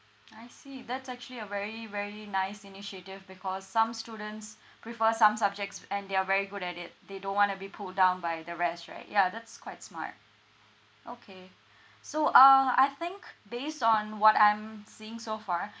I see that's actually a very very nice initiative because some students prefer some subjects and they are very good at it they don't want to be pulled down by the rest right ya that's quite smart okay so uh I think based on what I'm seeing so far